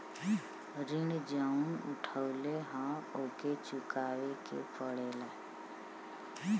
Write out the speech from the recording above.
ऋण जउन उठउले हौ ओके चुकाए के पड़ेला